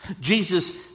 Jesus